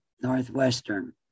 Northwestern